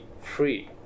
free